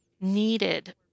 needed